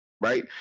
Right